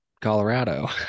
Colorado